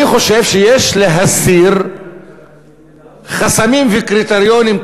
אני חושב שיש להסיר חסמים וקריטריונים,